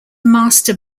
master